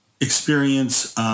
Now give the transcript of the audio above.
experience